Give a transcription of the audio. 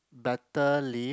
better leave